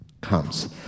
comes